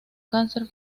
cáncer